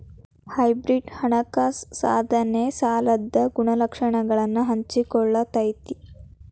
hybrid ಹಣಕಾಸ ಸಾಧನ ಸಾಲದ ಗುಣಲಕ್ಷಣಗಳನ್ನ ಹಂಚಿಕೊಳ್ಳತೈತಿ